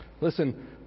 Listen